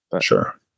Sure